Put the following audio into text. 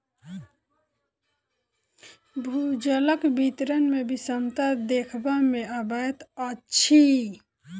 भूजलक वितरण मे विषमता देखबा मे अबैत अछि